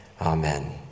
Amen